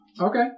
Okay